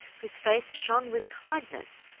whose face shone with kindness,